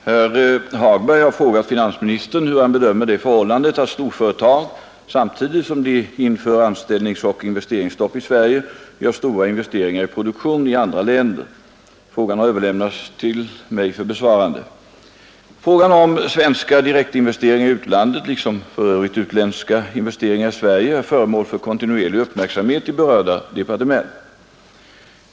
Herr talman! Herr Hagberg har frågat finansministern hur han bedömer det förhållandet att storföretag, samtidigt som de inför anställningsoch investeringsstopp i Sverige, gör stora investeringar i produktion i andra länder. Frågan har överlämnats till mig för besvarande. Frågan om svenska direktinvesteringar i utlandet, liksom för övrigt utländska investeringar i Sverige, är föremål för kontinuerlig uppmärksamhet i berörda departement.